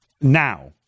Now